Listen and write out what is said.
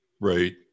right